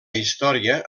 història